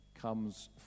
comes